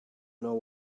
know